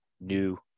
new